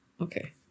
Okay